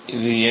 இது ஏன்